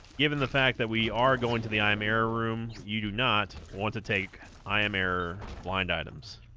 given the fact that we are going to the i m error room you do not want to take i am error blind items